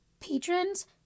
Patrons-